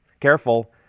Careful